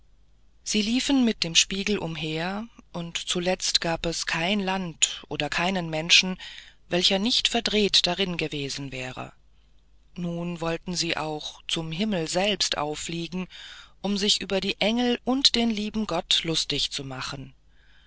sie liefen mit dem spiegel umher und zuletzt gab es kein land oder keinen menschen welcher nicht verdreht darin gewesen wäre nun wollten sie auch zum himmel selbst auffliegen um sich über die engel und den lieben gott lustig zu machen